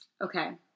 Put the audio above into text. Okay